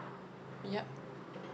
yup